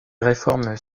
réformes